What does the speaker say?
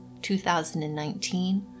2019